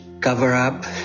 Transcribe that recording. cover-up